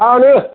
जानो